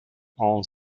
owns